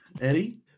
Eddie